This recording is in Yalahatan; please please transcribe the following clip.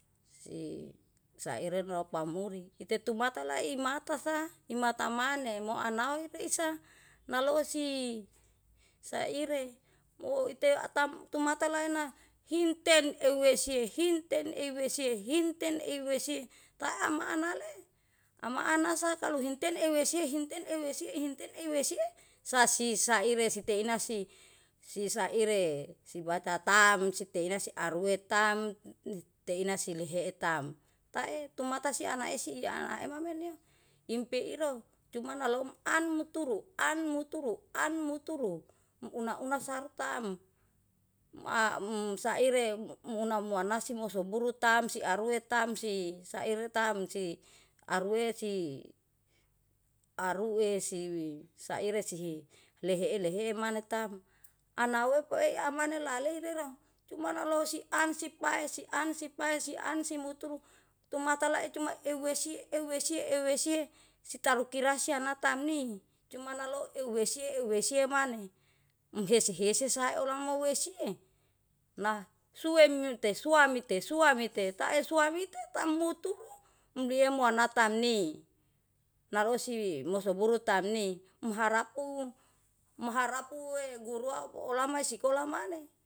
Si saire ropa ropamuri itetumata laimata sa, imata mane moanawire isa nalosi saire moite atam tumatalaena hinten euw esie, hinten iwesie, hinten iwesie taam amale amaana sakalu hinten ewesie hinten, hinten ewisie, hinten ewesie sasi saire siteinasi sisaire sibaca taem site ine siarue taem teine silehe tam. Tae tumata si anaesi ana emamene impeiro cuma nalom anmukturu, anmuturu, anmuturu, anmuturu, anmuturu. Una-una sartaem aem saire muna munahsi mosoburu tamsi arue tamsi saire tamsi, arue si. Arue si saire si lehe-lehe emantam anao pe amane laleire ro cuma nalosi an sipae sian, sipae sian simuturu tumata lae cuma ewehsie, ewehsie, ewehsie sitaru kirahsa nata mi cuma nalo ewehsie, ewehsie. ewehsie mane. Emhese-hese sae ola mowesie nahsue mete suamite,-suamite, suamite, tae suamite tambutu. Bliemonata ni, nalosi mosoburu tamni muhara u, muharapue guruau olama isikola maneh.